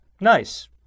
nice